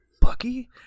Bucky